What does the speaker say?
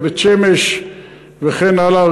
בבית-שמש וכן הלאה,